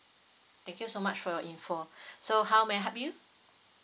thank you so much for your info so how may I help you